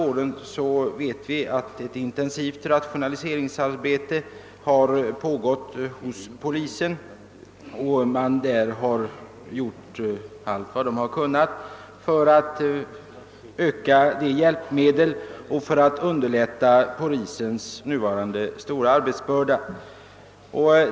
Vi vet att ett intensivt rationaliseringsarbete har pågått inom polisväsendet under de senaste åren och ait man har gjort allt vad man kunnat för att medelst ökade hjälpmedel underlätta polisens arbete just med hänsyn till polisens nuvarande stora arbetsbörda.